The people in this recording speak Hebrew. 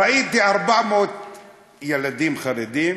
ראיתי 400 ילדים חרדים.